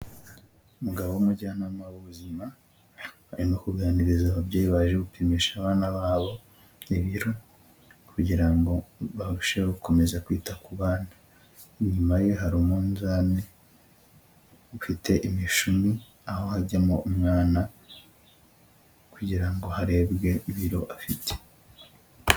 Umugabo w'umujyanama w'ubuzima, arimo kuganiriza ababyeyi baje gupimisha abana babo ibiro, kugira ngo barusheho gukomeza kwita ku bana, inyuma ye hari umunzani ufite imishumi, aho hajyamo umwana kugira ngo harebwe ibiro afite.